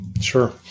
Sure